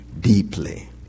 deeply